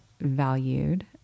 valued